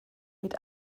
mit